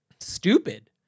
stupid